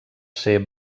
ser